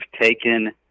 taken –